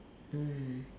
mm